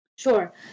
Sure